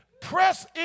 Press